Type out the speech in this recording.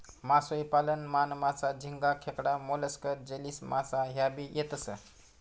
मासोई पालन मान, मासा, झिंगा, खेकडा, मोलस्क, जेलीमासा ह्या भी येतेस